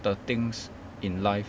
the things in life